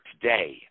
today